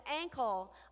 ankle